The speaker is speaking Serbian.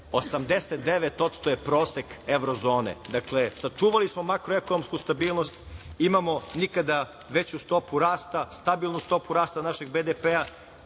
89% je prosek Evrozone. Dakle, sačuvali smo makroekonomsku stabilnost. Imamo nikada veću stopu rasta, stabilnu stopu rasta našeg BDP-a,